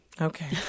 okay